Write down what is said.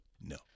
No